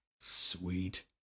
Sweet